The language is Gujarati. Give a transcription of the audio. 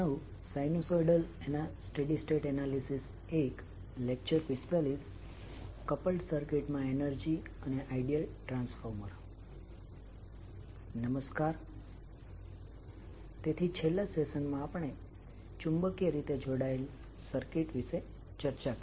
નમસ્કાર તેથી છેલ્લા સેશનમાં આપણે ચુંબકીય રીતે જોડાયેલા સર્કિટ વિશે ચર્ચા કરી